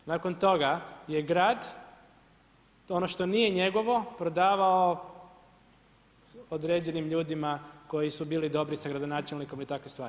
Nakon toga je grad ono što nije njegovo prodavao određenim ljudima koji su bili dobri sa gradonačelnikom i takve stvari.